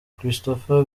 christopher